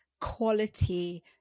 quality